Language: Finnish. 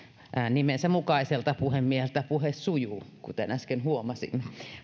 nimensä mukaiselta puhemieheltä puhe sujuu kuten äsken huomasin